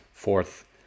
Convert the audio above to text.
fourth